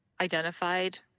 identified